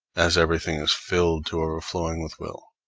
as everything is filled to overflowing with will.